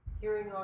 hearing